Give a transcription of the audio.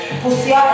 pussy